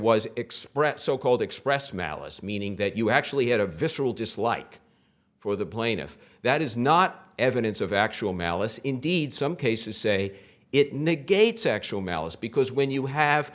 was expressed so called express malice meaning that you actually had a visceral dislike for the plaintiff that is not evidence of actual malice indeed some cases say it negates actual malice because when you have